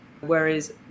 Whereas